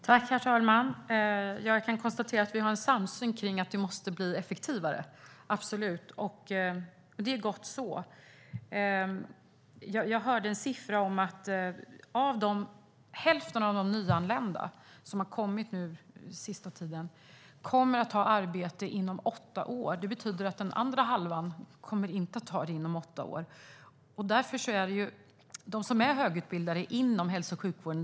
Herr talman! Jag kan konstatera att vi har en samsyn kring att vi måste bli effektivare, absolut, och det är gott så. Jag hörde att hälften av de nyanlända som har kommit hit under den senaste tiden kommer att ha arbete inom åtta år. Det betyder att den andra halvan inte kommer att ha något arbete inom åtta år. Landstingen har redan nu ett jättestort behov av högutbildade inom hälso och sjukvård.